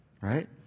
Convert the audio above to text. right